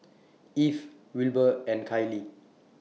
Eve Wilber and Kiley